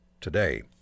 today